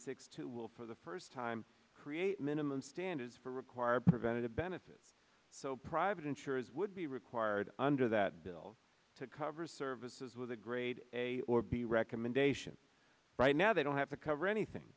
six two will for the first time create minimum standards for require prevented a benefit so private insurers would be required under that bill to cover services with a grade a or b recommendation right now they don't have to cover anything